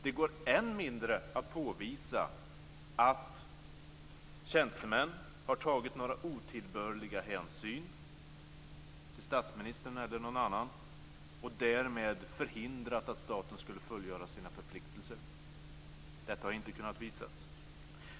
Det går än mindre att påvisa att tjänstemän har tagit några otillbörliga hänsyn till statsministern eller någon annan och därmed förhindrat att staten skulle fullgöra sina förpliktelser. Detta har inte kunnat visas.